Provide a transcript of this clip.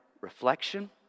reflection